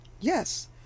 Yes